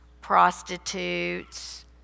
Prostitutes